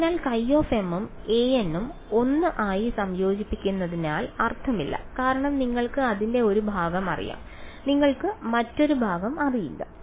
അതിനാൽ χn ഉം an ഉം 1 ആയി സംയോജിപ്പിക്കുന്നതിൽ അർത്ഥമില്ല കാരണം നിങ്ങൾക്ക് അതിന്റെ ഒരു ഭാഗം അറിയാം നിങ്ങൾക്ക് മറ്റൊരു ഭാഗം അറിയില്ല